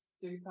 super